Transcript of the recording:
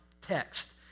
text